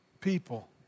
people